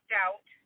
doubt